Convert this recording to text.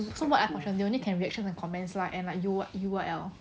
so what ah only can reaction and comments lah and like U U_R_L